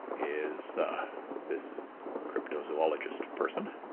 is this crypto zoologist person.